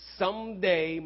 someday